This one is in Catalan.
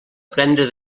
prendre